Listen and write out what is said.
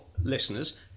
listeners